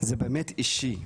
זה באמת אישי פוגע.